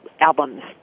albums